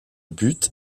but